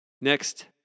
Next